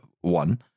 one